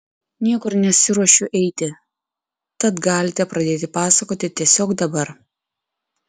niekur nesiruošiu eiti tad galite pradėti pasakoti tiesiog dabar